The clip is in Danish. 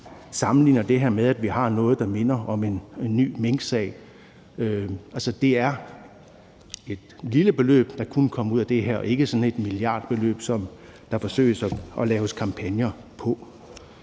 beskriver det her som noget, der minder om en ny minksag. Altså, det er et lille beløb, der kunne komme ud af det her, og ikke sådan et milliardbeløb, som der forsøges at lave kampagner på.